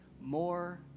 more